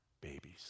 babies